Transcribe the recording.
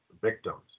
victims